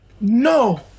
No